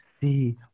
see